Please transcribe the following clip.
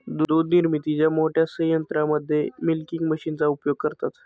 दूध निर्मितीच्या मोठ्या संयंत्रांमध्ये मिल्किंग मशीनचा उपयोग करतात